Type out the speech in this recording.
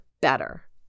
Better